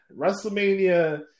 WrestleMania